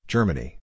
Germany